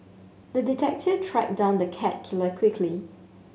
the detective tracked down the cat killer quickly